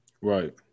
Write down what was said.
Right